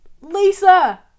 Lisa